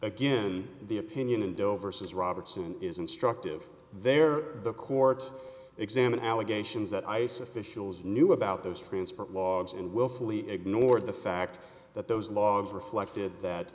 again the opinion in dover says robertson is instructive there the court examined allegations that ice officials knew about those transport logs and willfully ignored the fact that those logs reflected that